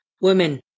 women